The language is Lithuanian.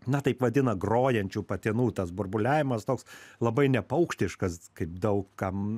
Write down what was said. na taip vadina grojančių patinų tas burbuliavimas toks labai ne paukštiškas kaip daug kam